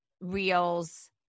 reels